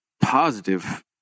positive